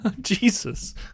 Jesus